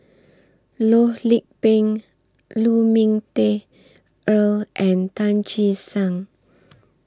Loh Lik Peng Lu Ming Teh Earl and Tan Che Sang